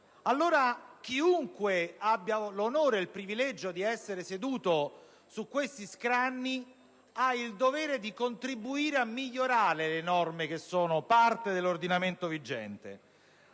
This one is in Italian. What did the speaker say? Allora, chiunque abbia l'onore e il privilegio di essere seduto su questi scranni ha il dovere di contribuire a migliorare le norme che sono parte dell'ordinamento vigente.